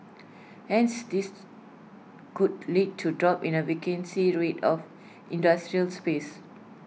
hence this could lead to drop in the vacancy rate of industrial space